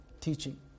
teaching